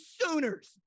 Sooners